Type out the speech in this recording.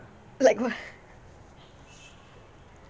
like what